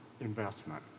investment